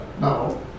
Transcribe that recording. No